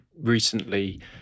recently